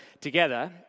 together